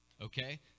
okay